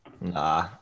Nah